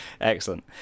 excellent